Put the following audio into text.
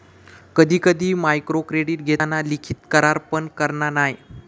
कधी कधी मायक्रोक्रेडीट घेताना लिखित करार पण करना नाय